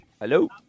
Hello